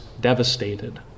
devastated